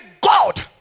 God